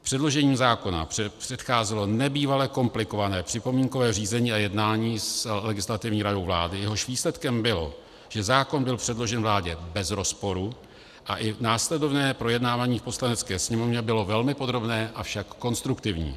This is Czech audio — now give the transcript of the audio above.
Předložení zákona předcházelo nebývale komplikované připomínkové řízení a jednání s Legislativní radou vlády, jehož výsledkem bylo, že zákon byl předložen vládě bez rozporů a i následovné projednávání v Poslanecké sněmovně bylo velmi podrobné, avšak konstruktivní.